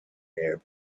arab